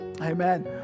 Amen